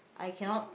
I cannot